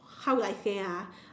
how do I say ah